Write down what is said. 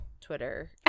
twitter